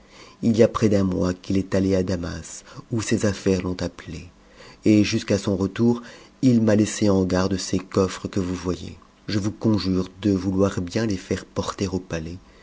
i y a près d'un mois qu'il est allé à damas où ses anaires l'ont appelé et jusqu'à son retour il m'a laissé en garde ces coffres que vous voyez je vous conjure de vouloir bien les faire porter au palais